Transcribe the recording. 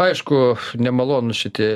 aišku nemalonūs šiti